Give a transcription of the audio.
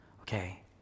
Okay